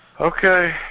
Okay